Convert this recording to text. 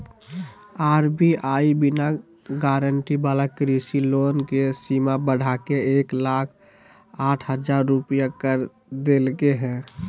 RBI बिना guarantee वाला कृषि लोन के सीमा बढ़ाके एक लाख साठ हजार रुपया कर देलके हें